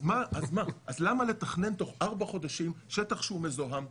אז למה לתכנן תוך ארבעה חודשים שטח שהוא מזוהם,